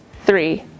three